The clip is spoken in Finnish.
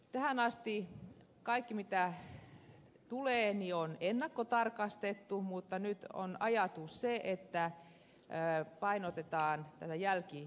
tähän asti kaikki mitä tulee on ennakkotarkastettu mutta nyt on ajatus se että painotetaan tätä jälkitarkastusta